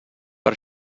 per